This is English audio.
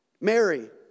Mary